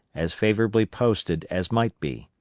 as favorably posted as might be.